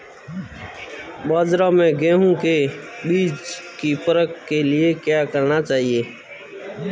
बाज़ार में गेहूँ के बीज की परख के लिए क्या करना चाहिए?